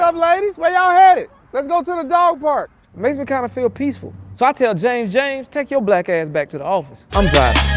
up, ladies? where ya'll headed? let's go to the dog park. makes me kind of feel peaceful. so i tell james, james, take your black ass back to the office. i'm